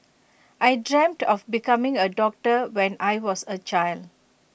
I dreamt of becoming A doctor when I was A child